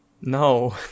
No